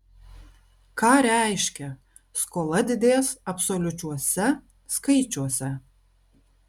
ką reiškia skola didės absoliučiuose skaičiuose